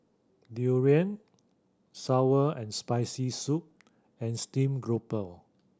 durian sour and Spicy Soup and steam grouper